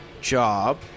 job